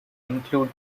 include